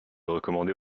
recommander